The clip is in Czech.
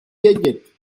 vědět